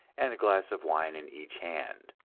and a glass of wine in each hand.